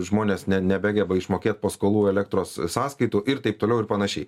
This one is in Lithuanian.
žmonės ne nebegeba išmokėt paskolų elektros sąskaitų ir taip toliau ir panašiai